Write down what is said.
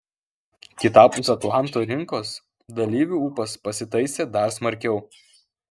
kitapus atlanto rinkos dalyvių ūpas pasitaisė dar smarkiau